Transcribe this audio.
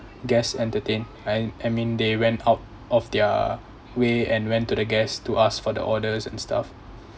guests entertained and I mean they went out of their way and went to the guests to ask for the orders and stuff